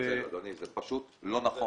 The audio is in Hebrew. אני מתנצל, אדוני, זה פשוט לא נכון.